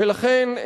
ולכן,